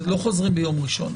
לא חוזרים ביום ראשון.